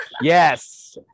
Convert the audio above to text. Yes